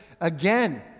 again